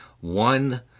One